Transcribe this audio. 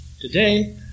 today